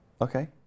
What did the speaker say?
Okay